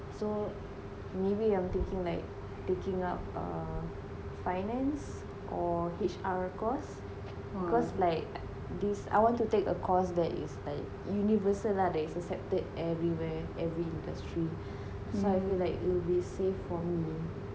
so maybe I'm thinking like taking up err finance or H_R course cause like this I want to take a course that is like universal lah that accepted everywhere every industry so I feel like it will be safe for me